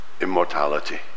immortality